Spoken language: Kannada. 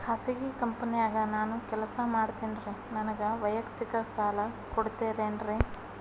ಖಾಸಗಿ ಕಂಪನ್ಯಾಗ ನಾನು ಕೆಲಸ ಮಾಡ್ತೇನ್ರಿ, ನನಗ ವೈಯಕ್ತಿಕ ಸಾಲ ಕೊಡ್ತೇರೇನ್ರಿ?